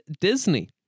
Disney